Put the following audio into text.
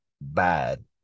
bad